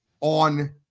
on